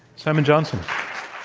simon johnson.